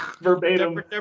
verbatim